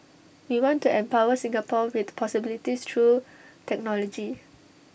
we want to empower Singapore with possibilities through technology